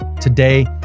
Today